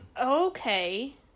Okay